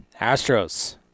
Astros